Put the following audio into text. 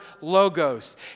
logos